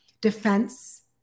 Defense